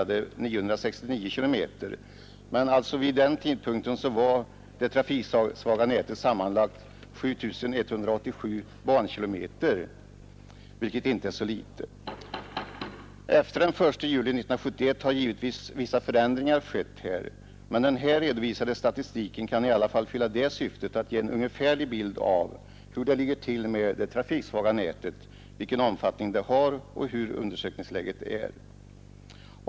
Efter den 1 juli 1971 har givetvis vissa förändringar skett, men den här redovisade statistiken kan i alla fall fylla syftet att ge en ungefärlig bild av hur det ligger till med det trafiksvaga nätet, vilken omfattning det har och hur undersökningsläget är.